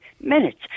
minutes